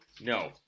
No